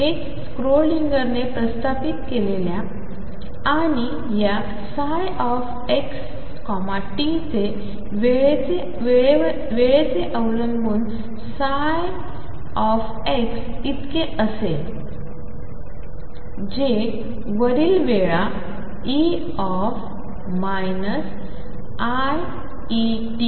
हेच स्क्रोडिंगरने प्रस्तावित केले आणि या ψ x t चे वेळेचे अवलंबन ψ इतके असेल जे वरील वेळा e iEt